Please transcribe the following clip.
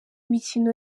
mikino